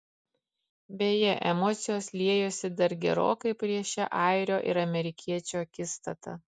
beje emocijos liejosi dar gerokai prieš šią airio ir amerikiečio akistatą